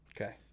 Okay